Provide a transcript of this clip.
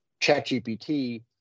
ChatGPT